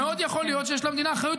-- מאוד יכול להיות שיש למדינה אחריות